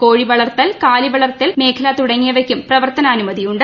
കോഴിവളർത്തൽ കാലിവളർത്തൽ മേഖല തുടങ്ങിയവയ്ക്കും പ്രവർത്തനാനുമതി ഉണ്ട്